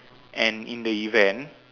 and in the event